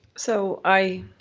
so, i